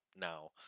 Now